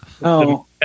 No